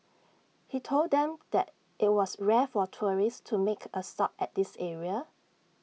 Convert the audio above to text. he told them that IT was rare for tourists to make A stop at this area